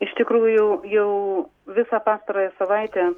iš tikrųjų jau visą pastarąją savaitę